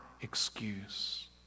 excuse